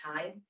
time